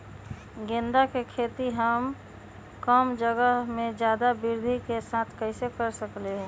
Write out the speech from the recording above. गेंदा के खेती हम कम जगह में ज्यादा वृद्धि के साथ कैसे कर सकली ह?